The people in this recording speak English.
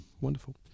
Wonderful